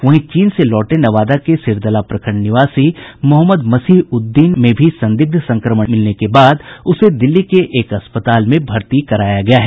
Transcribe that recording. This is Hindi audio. वहीं चीन से लौटे नवादा के सिरदला प्रखंड निवासी मोहम्मद मसीहउद्दीन में भी संदिग्ध संक्रमण मिलने के बाद उसे दिल्ली के एक अस्पताल में भर्ती कराया गया है